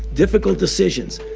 difficult decisions.